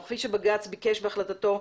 וכפי שבג"ץ ביקש בהחלטתו,